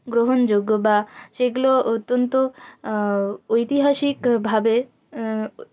গ্রহণযোগ্য বা সেগুলো অত্যন্ত ঐতিহাসিকভাবে